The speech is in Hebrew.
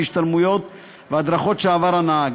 וכן להשתלמויות והדרכות שעבר.